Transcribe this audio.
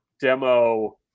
demo